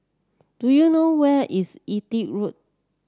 do you know where is Everitt Road